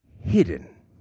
hidden